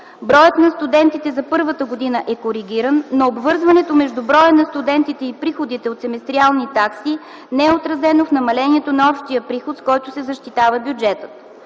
броят на студентите за първата година е коригиран, но обвързването между броя на студентите и приходите от семестриалните такси не е отразено в намалението на общия приход, с който се защитава бюджетът.